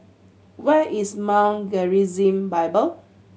where is Mount Gerizim Bible